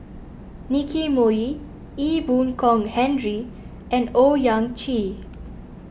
Nicky Moey Ee Boon Kong Henry and Owyang Chi